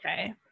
okay